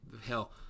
Hell